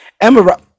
Emma